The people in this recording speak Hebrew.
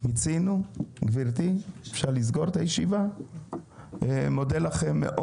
אני מאוד מודה לכם.